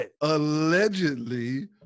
allegedly